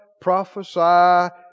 Prophesy